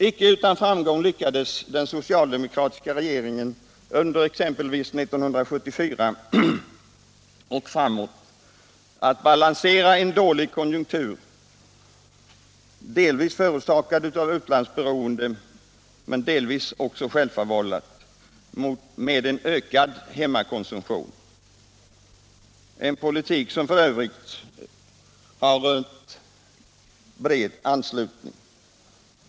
Inte utan framgång lyckades den socialdemokratiska regeringen, under exempelvis 1974 och framåt, balansera en dålig konjunktur, delvis förorsakad av utlandsberoende men delvis också självförvållad, med en ökad hemmakonsumtion — en politik som f. ö. har rönt bred anslutning.